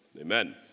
amen